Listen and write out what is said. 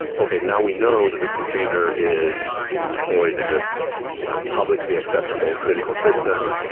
okay. now we know that this container is deployed in this you know publicly accessible critical system.